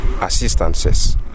assistances